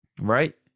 Right